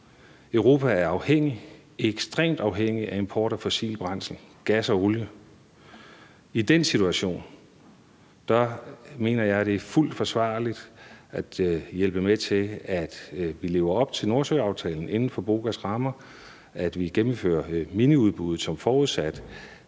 Europa er ekstremt afhængig af import af fossile brændsler, gas og olie. I den situation mener jeg at det er fuldt forsvarligt at hjælpe med til at leve op til Nordsøaftalen inden for BOGA's rammer, og at vi gennemfører miniudbuddet som aftalt.